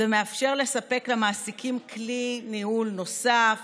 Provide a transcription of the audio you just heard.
זה מאפשר לספק למעסיקים כלי ניהול נוסף